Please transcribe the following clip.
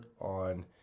on